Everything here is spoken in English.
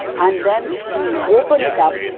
and then, we open it up,